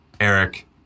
Eric